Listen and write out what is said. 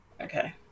Okay